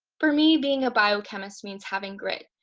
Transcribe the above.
for me, being a biochemist means having grit.